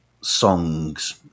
songs